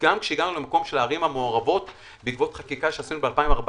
כשהגענו למקום של הערים המעורבות בעקבות חקיקה שעשינו ב-2014,